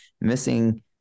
missing